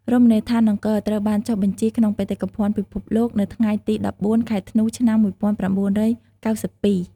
រមណីយដ្ឋានអង្គរ ត្រូវបានចុះបញ្ជីក្នុងបេតិកភណ្ឌភិភពលោកនៅថ្ងៃទី១៤ ខែធ្នូ ឆ្នាំ១៩៩២។